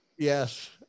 Yes